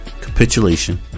capitulation